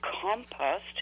compost